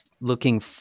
looking